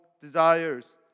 desires